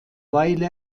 weile